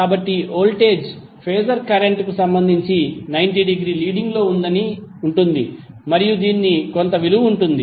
కాబట్టి voltage phasor current కు సంబంధించి 90 డిగ్రీల లీడింగ్ లో ఉంటుంది మరియు దీనికి కొంత విలువ ఉంటుంది